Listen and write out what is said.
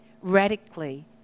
radically